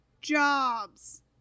jobs